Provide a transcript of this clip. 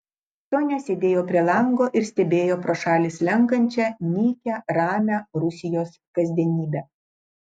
sonia sėdėjo prie lango ir stebėjo pro šalį slenkančią nykią ramią rusijos kasdienybę